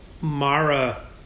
Mara